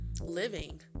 living